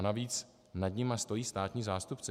Navíc nad nimi stojí státní zástupce.